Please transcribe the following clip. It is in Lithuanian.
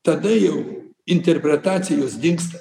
tada jau interpretacijos dingsta